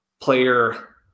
player